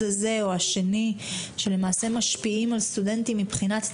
האחד או מן הצד השני שמשפיעים על סטודנטים מבחינת ציונים.